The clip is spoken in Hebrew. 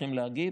צריכים להגיד,